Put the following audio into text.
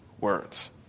words